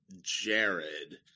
Jared